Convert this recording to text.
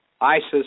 ISIS